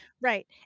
Right